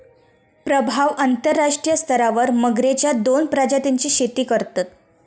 प्रभाव अंतरराष्ट्रीय स्तरावर मगरेच्या दोन प्रजातींची शेती करतत